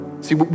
See